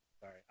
Sorry